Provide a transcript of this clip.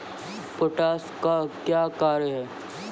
Potash का क्या कार्य हैं?